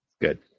Good